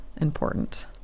important